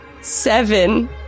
seven